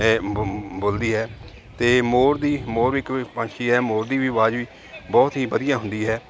ਇਹ ਬ ਬੋਲਦੀ ਹੈ ਅਤੇ ਮੋਰ ਦੀ ਮੋਰ ਇੱਕ ਪੰਛੀ ਹੈ ਮੋਰ ਦੀ ਵੀ ਆਵਾਜ਼ ਵੀ ਬਹੁਤ ਹੀ ਵਧੀਆ ਹੁੰਦੀ ਹੈ